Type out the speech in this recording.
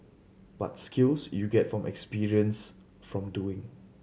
but skills you get from experience from doing